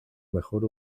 mejor